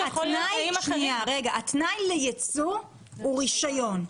התנאי לייצוא הוא רישיון.